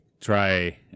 try